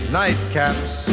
nightcaps